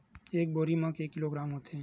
एक बोरी म के किलोग्राम होथे?